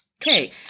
Okay